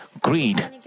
greed